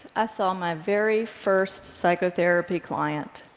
i saw my very first psychotherapy client.